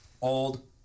Old